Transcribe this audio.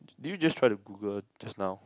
did you just try to Google just now